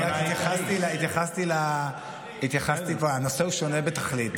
הנושא הוא שונה בתכלית.